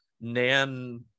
Nan